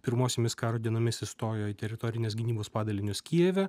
pirmosiomis karo dienomis įstojo į teritorinės gynybos padalinius kijive